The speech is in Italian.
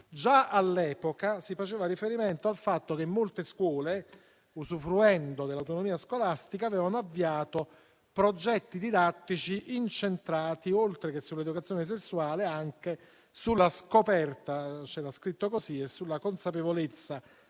Già all'epoca si faceva riferimento al fatto che molte scuole, usufruendo dell'autonomia scolastica, avevano avviato progetti didattici incentrati oltre che sull'educazione sessuale, anche sulla scoperta - c'era scritto così - e sulla consapevolezza